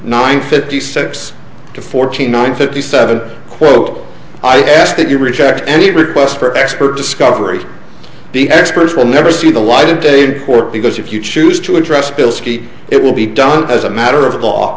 nine fifty six to forty nine fifty seven quote i ask that you reject any request for expert discovery the experts will never see the light of day in court because if you choose to address bilski it will be done as a matter of law